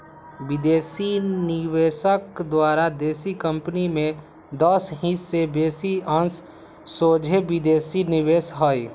विदेशी निवेशक द्वारा देशी कंपनी में दस हिस् से बेशी अंश सोझे विदेशी निवेश हइ